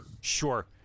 Sure